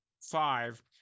five